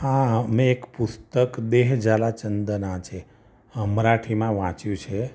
હા મેં એક પુસ્તક દેહ ઝાલા ચંદનાચા મરાઠીમાં વાંચ્યું છે